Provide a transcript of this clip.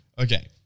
Okay